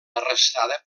arrestada